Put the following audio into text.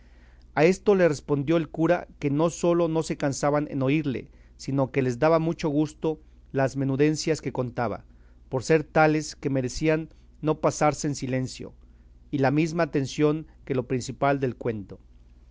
a esto le respondió el cura que no sólo no se cansaban en oírle sino que les daba mucho gusto las menudencias que contaba por ser tales que merecían no pasarse en silencio y la mesma atención que lo principal del cuento